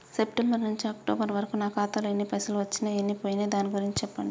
September నుంచి October వరకు నా ఖాతాలో ఎన్ని పైసలు వచ్చినయ్ ఎన్ని పోయినయ్ దాని గురించి చెప్పండి?